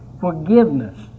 forgiveness